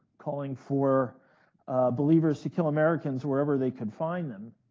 calling for believers to kill americans wherever they could find them,